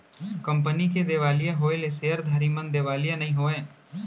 company के देवालिया होएले सेयरधारी मन देवालिया नइ होवय